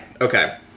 Okay